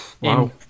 Wow